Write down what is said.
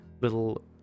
little